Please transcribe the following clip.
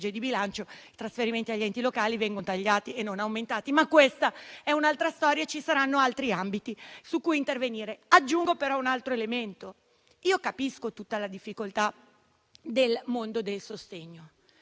di bilancio i trasferimenti agli enti locali vengono tagliati e non aumentati. Questa è però un'altra storia e ci saranno altri ambiti su cui intervenire. Aggiungo però un altro elemento. Capisco tutta la difficoltà del mondo del sostegno